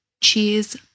Cheers